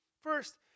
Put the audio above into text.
First